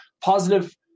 positive